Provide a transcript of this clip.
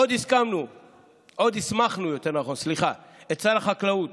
עוד הסמכנו את שר החקלאות,